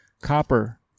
copper